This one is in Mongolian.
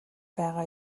байгаа